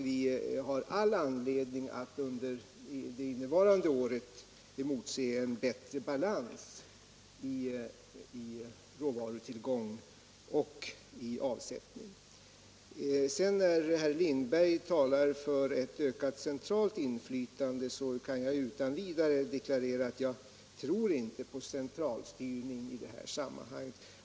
Vi har all anledning att under innevarande år emotse en bättre balans när det gäller råvarutillgång och avsättning. Herr Lindberg talar för ett ökat centralt inflytande. Jag kan utan vidare deklarera att jag inte tror på centralstyrning i detta sammanhang.